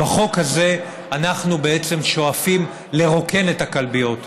בחוק הזה אנחנו שואפים לרוקן את הכלביות.